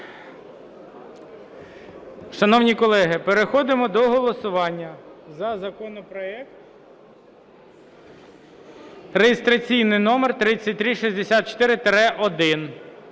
Шановні колеги, переходимо до голосування за законопроект (реєстраційний номер 3364-1)